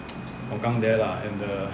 longkang there lah and the